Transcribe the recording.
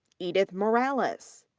edith morales.